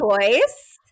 choice